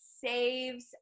saves